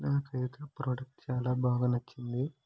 నాకైతే ప్రోడక్ట్ చాలా బాగా నచ్చింది